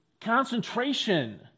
concentration